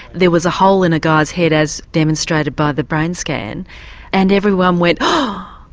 there was a hole in a guy's head as demonstrated by the brain scan and everyone went, oh!